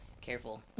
Careful